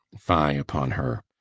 fie upon her!